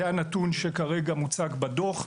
זה הנתון שכרגע מוצג בדוח.